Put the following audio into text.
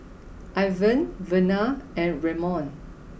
Irvin Vernal and Ramon